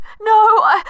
no